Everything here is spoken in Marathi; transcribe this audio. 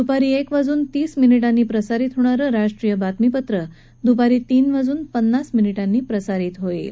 दुपारी क्रि वाजून तीस मिनिटांनी प्रसारित होणारं राष्ट्रीय बातमीपत्र उद्या दुपारी तीन वाजून पन्नास मिनिटांनी प्रसारित होईल